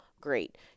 great